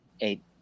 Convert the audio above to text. eight